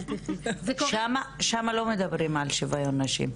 שם לא מדברים על שוויון נשים.